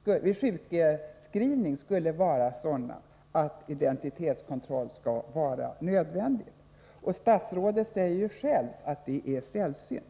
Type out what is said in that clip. sjukskrivning skulle vara sådana att identitetskontroll är nödvändig. Statsrådet säger ju själv att sådana bedrägerier är sällsynta.